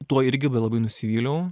tuo irgi labai nusivyliau